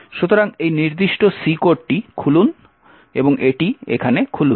সুতরাং এই নির্দিষ্ট C কোডটি খুলুন এবং এটি এখানে খুলুন